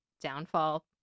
downfall